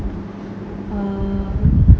err